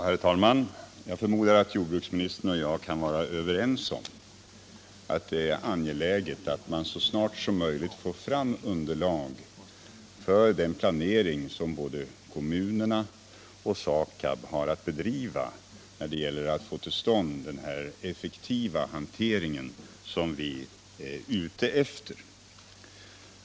Herr talman! Jag förmodar att jordbruksministern och jag kan vara överens om att det är angeläget att man så snart som möjligt får fram underlag för den planering som både kommunerna och SAKAB har att bedriva när det gäller att få till stånd den effektiva hantering som vi är ute efter.